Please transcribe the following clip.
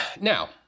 now